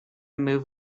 move